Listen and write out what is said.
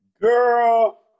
Girl